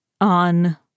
on